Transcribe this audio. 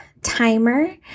timer